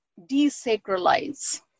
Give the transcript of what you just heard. desacralize